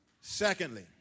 Secondly